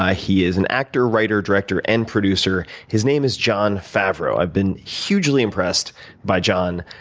ah he is an actor, writer, director, and producer. his name is jon favreau. i've been hugely impressed by jon,